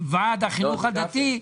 ועד החינוך הדתי,